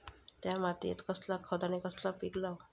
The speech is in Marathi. त्या मात्येत कसला खत आणि कसला पीक लाव?